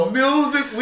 music